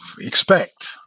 expect